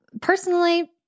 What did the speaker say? Personally